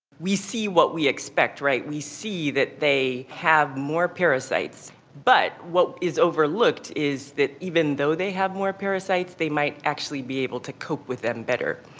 we see what we expect, right? we see that they have more parasites. but what is overlooked is that even though they have more parasites, they might actually be able to cope with them better.